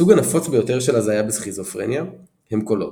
הסוג הנפוץ ביותר של הזיה בסכיזופרניה הם "קולות".